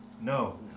No